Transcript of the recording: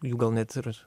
jų gal net ir